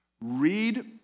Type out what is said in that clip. Read